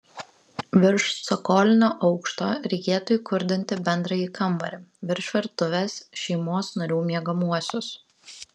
virš cokolinio aukšto reikėtų įkurdinti bendrąjį kambarį virš virtuvės šeimos narių miegamuosius